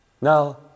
Now